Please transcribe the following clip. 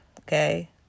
okay